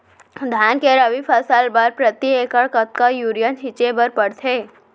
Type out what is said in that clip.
धान के रबि फसल बर प्रति एकड़ कतका यूरिया छिंचे बर पड़थे?